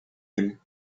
him